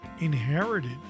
inherited